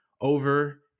over